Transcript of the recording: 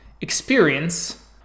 experience